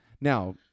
Now